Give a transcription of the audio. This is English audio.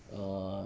err